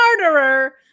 murderer